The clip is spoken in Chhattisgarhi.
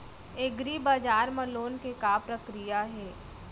एग्रीबजार मा लोन के का प्रक्रिया हे?